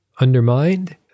undermined